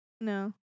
no